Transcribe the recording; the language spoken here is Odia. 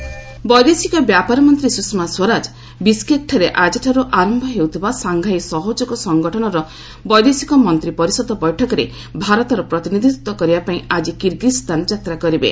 ସୁଷମା ସ୍ୱରାଜ ବୈଦେଶିକ ବ୍ୟାପାର ମନ୍ତ୍ରୀ ସୁଷମା ସ୍ୱରାଜ ବିଶ୍କେକ୍ଠାରେ ଆକିଠାର୍ ଆରମ୍ଭ ହେଉଥିବା ସାଂଘାଇ ସହଯୋଗ ସଂଗଠନର ବୈଦେଶିକ ମନ୍ତ୍ରୀ ପରିଷଦ ବୈଠକରେ ଭାରତର ପ୍ରତିନିଧିତ୍ୱ କରିବା ପାଇଁ ଆଜି କିର୍ଗିଜ୍ସ୍ଥାନ ଯାତା କରିବେ